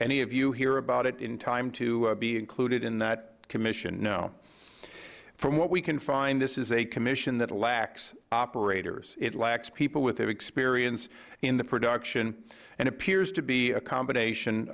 any of you hear about it in time to be included in that commission no from what we can find this is a commission that lacks operators it lacks people with the experience in the production and appears to be a combination